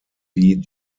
wie